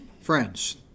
friends